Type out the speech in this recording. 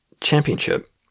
championship